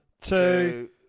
two